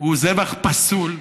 הוא זבח פסול,